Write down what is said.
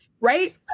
Right